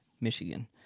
Michigan